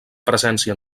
presència